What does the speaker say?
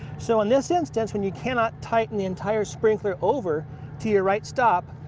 so in this instance when you cannot tighten the entire sprinkler over to your right stop,